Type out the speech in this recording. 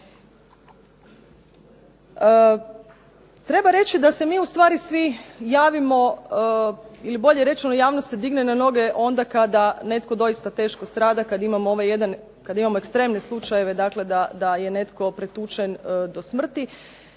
Treba reći da se mi ustvari svi javimo ili bolje rečeno javnost se digne na noge onda kada netko doista teško strada, kada imamo ekstreme slučajeve da je netko pretučen do smrti.